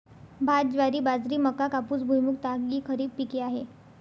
भात, ज्वारी, बाजरी, मका, कापूस, भुईमूग, ताग इ खरीप पिके आहेत